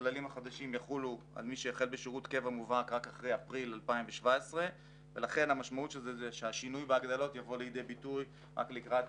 הכללים החדשים יחולו על מי שהחל בשירות קבע מובהק רק אחרי אפריל 2017. ולכן המשמעות של זה היא שהשינוי בהגדלות יבוא לידי ביטוי רק לקראת